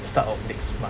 start of next month